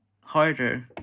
harder